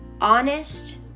honest